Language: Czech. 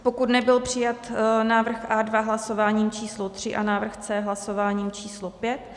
Pokud nebyl přijat návrh A2 hlasováním číslo tři a návrh C hlasováním číslo pět;